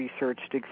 researched